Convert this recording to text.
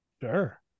Sure